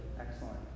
Excellent